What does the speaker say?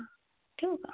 ठेवू का